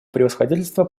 превосходительство